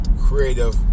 creative